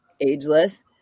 ageless